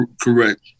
correct